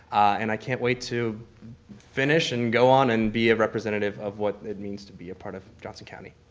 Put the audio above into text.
and i can't wait to finish and go on and be a representative of what it means to be a part of johnson county.